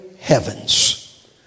heavens